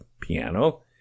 piano